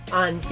on